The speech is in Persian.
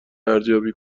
ارزیابی